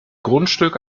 grundstück